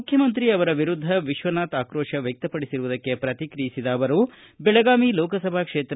ಮುಖ್ಯಮಂತ್ರಿ ವಿರುದ್ಧ ವಿಶ್ವನಾಥ ಆಕ್ರೋತ ವ್ಯಕ್ತಪಡಿಸಿರುವುದಕ್ಕೆ ಪ್ರತಿಕ್ರಿಯಿಸಿದ ಅವರು ಬೆಳಗಾವಿ ಲೋಕಸಭಾ ಕ್ಷೇತ್ರ